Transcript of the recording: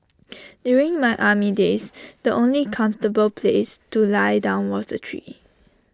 during my army days the only comfortable place to lie down was A tree